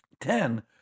Ten